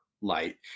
light